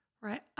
Right